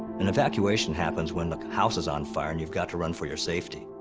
an evacuation happens when the house is on fire and you've got to run for your safety.